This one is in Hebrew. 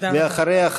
ואחריה,